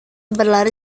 berlari